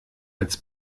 als